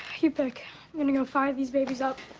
you pick. i'm gonna go fire these babies up.